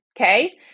okay